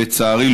לצערי,